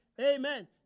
Amen